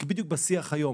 כי זה בדיוק בשיח היום,